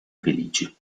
felici